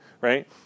right